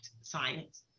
science